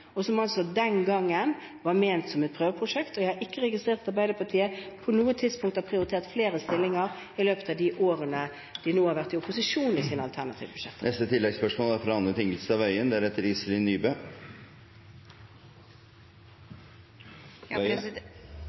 og som den gangen var ment som et prøveprosjekt. Jeg har ikke registrert at Arbeiderpartiet på noe tidspunkt har prioritert flere stillinger i sine alternative budsjetter i løpet av de årene de nå har vært i opposisjon. Anne Tingelstad Wøien – til oppfølgingsspørsmål. Jeg synes det er